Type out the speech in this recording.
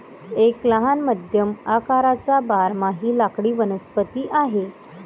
एक लहान मध्यम आकाराचा बारमाही लाकडी वनस्पती आहे